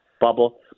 bubble